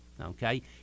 okay